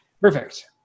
Perfect